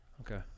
Okay